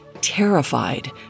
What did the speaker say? Terrified